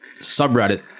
subreddit